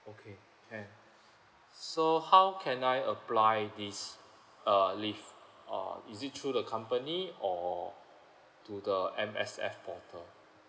okay can so how can I apply this uh leave uh is it through the company or through the M_S_F portal